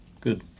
Good